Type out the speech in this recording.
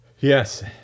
Yes